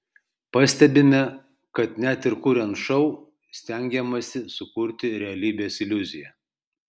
pastebime kad net ir kuriant šou stengiamasi sukurti realybės iliuziją